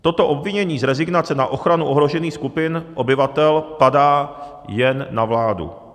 Toto obvinění z rezignace na ochranu ohrožených skupin obyvatel padá jen na vládu.